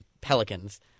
Pelicans